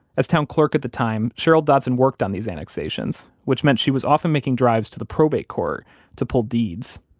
as town clerk at the time, cheryl dodson worked on these annexations, which meant she was often making drives to the probate court to pull deeds.